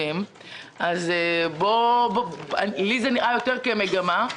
לי זה נראה יותר כמגמה.